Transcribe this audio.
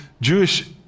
Jewish